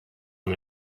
von